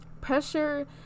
pressure